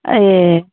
ए